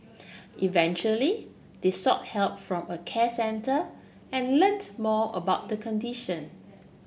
eventually they sought help from a care centre and learnt more about the condition